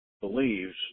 believes